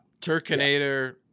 Turkinator